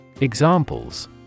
Examples